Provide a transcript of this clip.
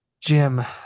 Jim